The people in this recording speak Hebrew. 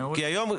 היום,